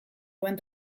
duen